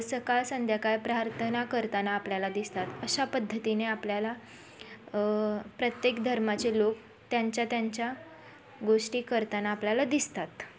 सकाळ संध्याकाळ प्रार्थना करताना आपल्याला दिसतात अशा पद्धतीने आपल्याला प्रत्येक धर्माचे लोक त्यांच्या त्यांच्या गोष्टी करताना आपल्याला दिसतात